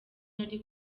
nari